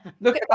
look